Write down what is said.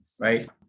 right